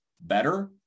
better